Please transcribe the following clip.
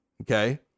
Okay